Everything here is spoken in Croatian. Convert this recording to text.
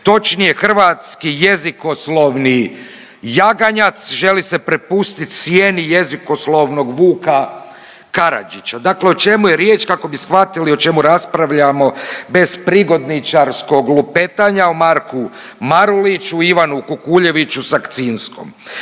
Točnije, hrvatski jezikoslovni jaganjac želi se prepustit sjeni jezikoslovnog vuka Karadžića. Dakle o čemu je riječ kako bi shvatili o čemu raspravljamo bez prigodničarskog lupetanja o Marku Maruliću i Ivanu Kukuljeviću Sankcinskom.